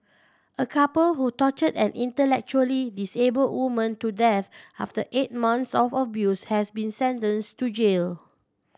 a couple who tortured an intellectually disabled woman to death after eight months of abuse has been sentenced to jail